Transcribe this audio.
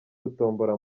gutombora